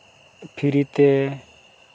free ᱛᱮ